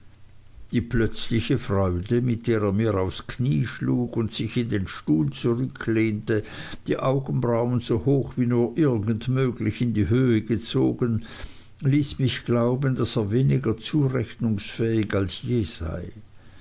die plötzliche freude mit der er mir aufs knie schlug und sich in den stuhl zurücklehnte die augenbrauen so hoch wie nur irgend möglich in die höhe gezogen ließ mich glauben daß er weniger zurechnungsfähig als je sei